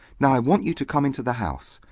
now, i want you to come into the house.